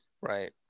right